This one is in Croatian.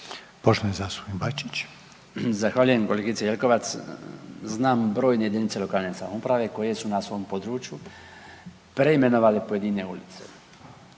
Branko (HDZ)** Zahvaljujem kolegice Jelkovac. Znam brojne jedinice lokalne samouprave koje su na svom području preimenovale pojedine ulice.